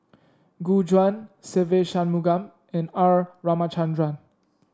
Gu Juan Se Ve Shanmugam and R Ramachandran